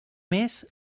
mes